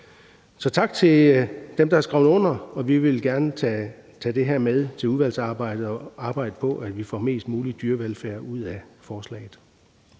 Så tak til dem, der har skrevet under. Og vi vil gerne tage det her med til udvalgsarbejdet og arbejde på, at vi får mest mulig dyrevelfærd ud af forslaget.